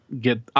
get